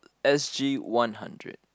s_g one hundred